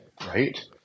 right